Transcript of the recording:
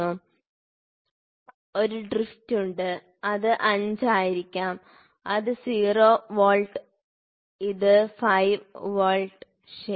അതിനാൽ ഒരു ഡ്രിഫ്റ്റ് ഉണ്ട് ഇത് 5 ആയിരിക്കാം ഇത് 0 വോൾട്ട് ഇത് 5 വോൾട്ട് ശരി